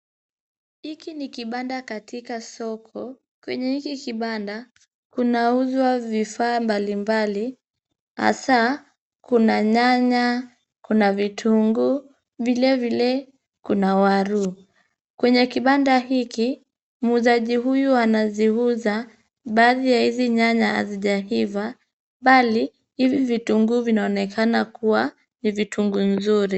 Hiki ni kibanda katika soko. Kwenye hiki kibanda, kunauzwa vifaa mbalimbali. Hasa, kuna nyanya, kuna vitunguu, vilevile, kuna waru. Kwenye kibanda hiki, muuzaji huyu anaziuza baadhi ya hizi nyanya hazijaiva, bali hivi vitungu vinaonekana kuwa ni vitunguu nzuri.